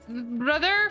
brother